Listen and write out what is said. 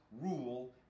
rule